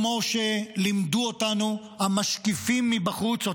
כמו שלימדו אותנו המשקיפים מבחוץ,